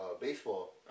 baseball